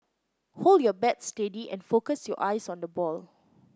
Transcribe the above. hold your bat steady and focus your eyes on the ball